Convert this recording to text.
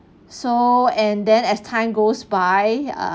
so and then as time goes by ah